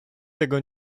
tego